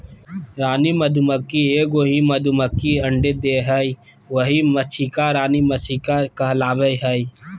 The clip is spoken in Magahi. रानी मधुमक्खी एगो ही मधुमक्खी अंडे देहइ उहइ मक्षिका रानी मक्षिका कहलाबैय हइ